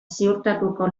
ziurtatuko